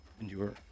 endure